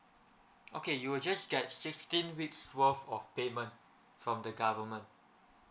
okay you will just get sixteen weeks worth of payment from the government